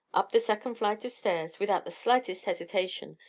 up the second flight of stairs, without the slightest hesitation,